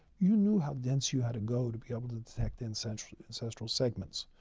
you knew how dense you had to go to be able to detect ancestral ancestral segments.